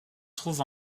trouve